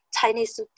Chinese